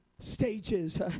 stages